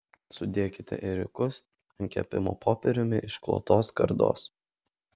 sudėkite ėriukus ant kepimo popieriumi išklotos skardos